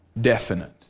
definite